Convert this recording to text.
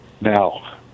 now